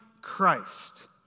Christ